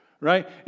right